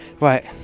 Right